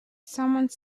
someone